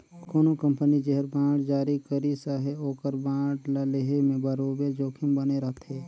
कोनो कंपनी जेहर बांड जारी करिस अहे ओकर बांड ल लेहे में बरोबेर जोखिम बने रहथे